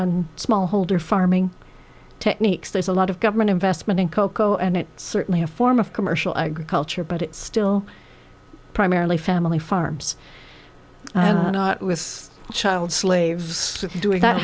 on small holder farming techniques there's a lot of government investment in cocoa and it certainly a form of commercial agriculture but it's still primarily family farms was child slaves doing that